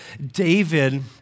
David